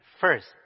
First